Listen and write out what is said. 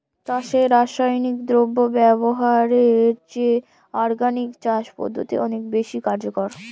চাষে রাসায়নিক দ্রব্য ব্যবহারের চেয়ে অর্গানিক চাষ পদ্ধতি অনেক বেশি কার্যকর